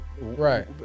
right